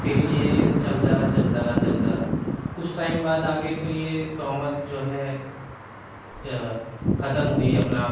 پھر یہ چلتا رہا چلتا رہا چلتا رہا کچھ ٹائم بعد آگے پھر یہ تہمت جو ہے ختم ہوئی اپنا آپ